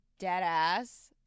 Deadass